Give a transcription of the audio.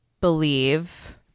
believe